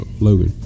Logan